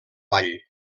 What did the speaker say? vall